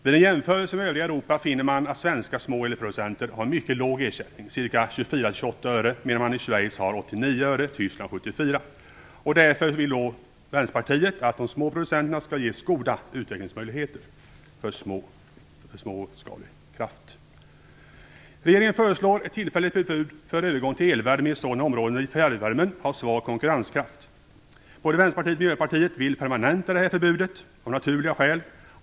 Vid en jämförelse med övriga Europa finner man att svenska små elproducenter har en mycket låg ersättning, ca 24-28 öre, medan man i Schweiz får 89 öre och i Tyskland 74 öre. Därför föreslår Vänsterpartiet att de små elproducenterna skall ges goda utvecklingsmöjligheter för småskalig kraft. Regeringen föreslår ett tillfälligt förbud för övergång till elvärme i sådana områden där fjärrvärmen har svag konkurrenskraft. Både Vänsterpartiet och Miljöpartiet vill permanenta det förbudet av naturliga skäl.